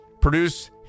produce